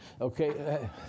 Okay